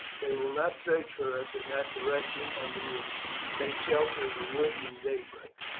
they will not search for us in that direction, and we will take shelter in a wood when day breaks,